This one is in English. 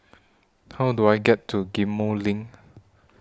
How Do I get to Ghim Moh LINK